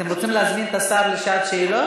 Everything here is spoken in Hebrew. אתם רוצים להזמין את השר לשעת שאלות?